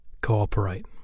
Cooperate